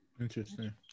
Interesting